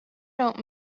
don’t